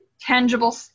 tangible